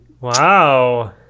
Wow